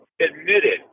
admitted